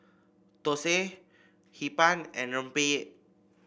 thosai Hee Pan and rempeyek